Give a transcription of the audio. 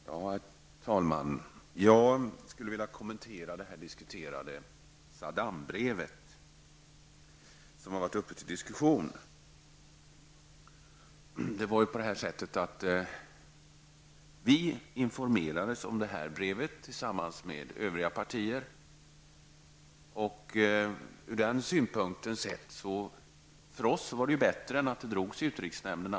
Herr talman! Jag skulle vilja kommentera det diskuterade Saddam-brevet som har varit uppe till diskussion. Miljöpartiet informerades om det här brevet, liksom övriga partier, och för oss var detta bättre än att det behandlades i utrikesnämnden.